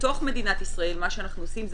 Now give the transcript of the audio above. בתוך מדינת ישראל מה שאנחנו עושים זה